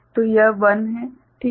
तो यह 1 है ठीक है